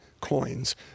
coins